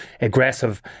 aggressive